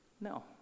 No